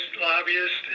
lobbyists